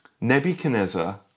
Nebuchadnezzar